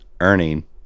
earning